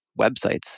websites